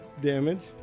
damage